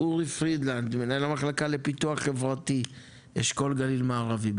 אורי פרידלנד מנהל המחלקה לפיתוח חברתי אשכול גליל מערבי,